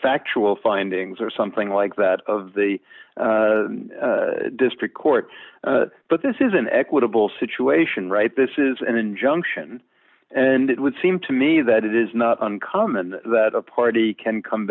factual findings or something like that of the district court but this is an equitable situation right this is an injunction and it would seem to me that it is not uncommon that a party can come